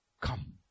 come